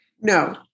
No